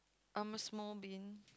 I'm a small bean